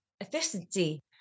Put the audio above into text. efficiency